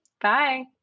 bye